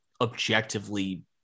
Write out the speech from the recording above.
objectively